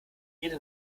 jede